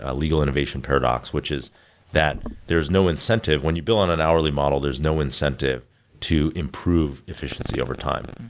ah legal innovation paradox, which is that there's no incentive. when you bill on an hourly model, there's no incentive to improve efficiency overtime.